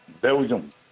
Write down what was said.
Belgium